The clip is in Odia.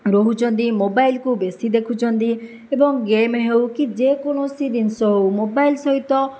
ରହୁଛନ୍ତି ମୋବାଇଲ୍କୁ ବେଶୀ ଦେଖୁଛନ୍ତି ଏବଂ ଗେମ୍ ହେଉକି ଯେକୌଣସି ଜିନିଷ ହେଉ ମୋବାଇଲ୍ ସହିତ